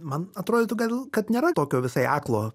man atrodytų gal kad nėra tokio visai aklo